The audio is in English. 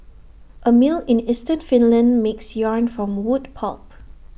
A mill in eastern Finland makes yarn from wood pulp